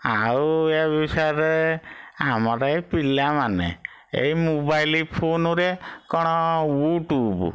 ଆଉ ଏ ବିଷୟରେ ଆମର ଏଇ ପିଲାମାନେ ଏଇ ମୋବାଇଲି ଫୋନୁରେ କ'ଣ ୟୁଟୁବ